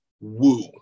woo